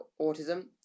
autism